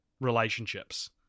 relationships